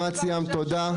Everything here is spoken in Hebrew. גם את סיימת, תודה.